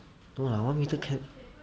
no lah one metre can